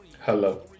Hello